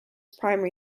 primary